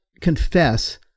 confess